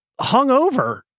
hungover